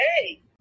Hey